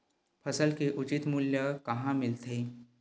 फसल के उचित मूल्य कहां मिलथे?